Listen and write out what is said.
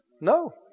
no